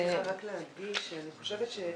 סליחה, רק להגיד שמה